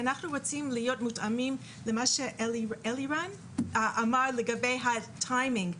רוצים להיות מותאמים לגבי מה שאלירן אמר לגבי הטיימינג.